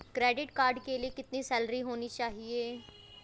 Credit card के लिए कितनी सैलरी होनी चाहिए?